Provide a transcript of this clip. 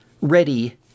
ready